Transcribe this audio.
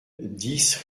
dix